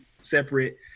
separate